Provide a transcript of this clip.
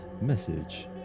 message